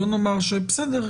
בוא נאמר שבסדר,